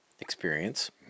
experience